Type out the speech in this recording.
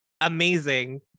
amazing